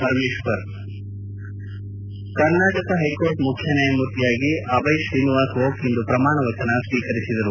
Parameshwar Karnataka high court ಮುಖ್ಯ ನ್ಯಯಮೂರ್ತಿಯಾಗಿ ಅಭಯ್ ಶ್ರೀನಿವಾಸ್ ಓಕ್ ಇಂದು ಪ್ರಮಾಣವಚನ ಸ್ವೀಕರಿಸಿದರು